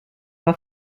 pas